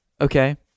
Okay